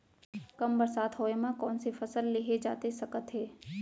कम बरसात होए मा कौन से फसल लेहे जाथे सकत हे?